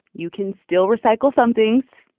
you can still recycle some things.